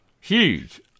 huge